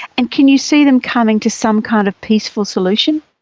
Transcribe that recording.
and can you see them coming to some kind of peaceful solution?